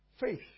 Faith